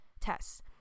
tests